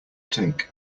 take